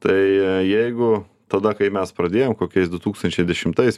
tai jeigu tada kai mes pradėjom kokiais du tūkstančiai dešimtais pirmas